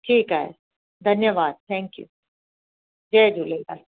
ठीकु आहे धन्यवादु थैंक्यू जय झूलेलाल